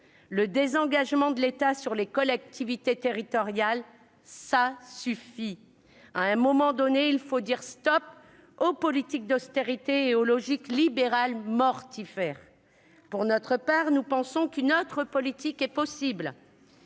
Le désengagement de l'État au détriment des collectivités territoriales, ça suffit ! À un moment donné, il faut dire stop aux politiques d'austérité et aux logiques libérales mortifères ! Pour notre part, nous pensons qu'une autre politique est possible.